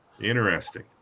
interesting